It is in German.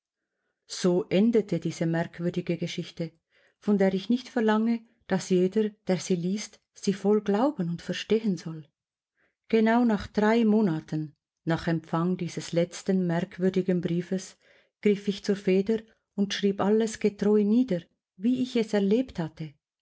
so endete diese merkwürdige geschichte von der ich nicht verlange daß jeder der sie liest sie voll glauben und verstehen soll genau nach drei monaten nach empfang dieses letzten merkwürdigen briefes griff ich zur feder und schrieb alles getreu nieder wie ich es erlebt hatte